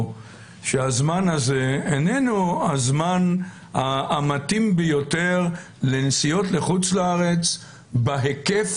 שהזמן הזה איננו הזמן המתאים ביותר לנסיעות לחוץ לארץ בהיקף